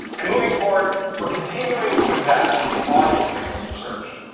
and moving forward we're continue ing to invest in audience signals for search